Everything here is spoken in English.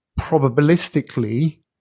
probabilistically